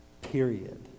Period